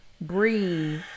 breathe